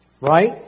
Right